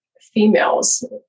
females